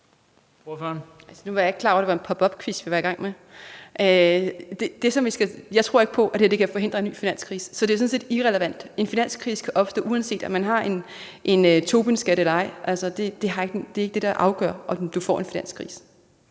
Nu var jeg ikke klar over, at det var en popupquiz, vi var i gang med. Jeg tror ikke på, at det her kan forhindre en ny finanskrise, så det er sådan set irrelevant. En finanskrise kan opstå, uanset om man har en Tobinskat eller ej. Det er ikke det, der afgør, om du får en finanskrise.